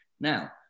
now